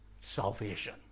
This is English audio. salvation